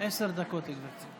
עשר דקות, גברתי.